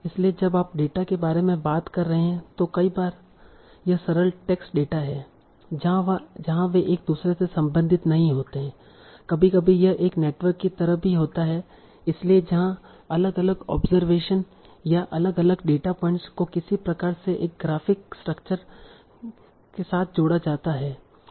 इसलिए जब आप डेटा के बारे में बात कर रहे हैं तो कई बार यह सरल टेक्स्ट डेटा होता है जहां वे एक दूसरे से संबंधित नहीं होते हैं कभी कभी यह एक नेटवर्क की तरह भी होता है इसलिए जहां अलग अलग ऑब्जरवेशन या अलग अलग डेटा पॉइंट्स को किसी प्रकार से एक ग्राफ़िक स्ट्रक्चर साथ जोड़ा जाता है